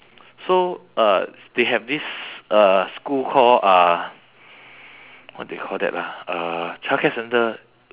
so uh they have this uh school called uh what they call that ah uh childcare centre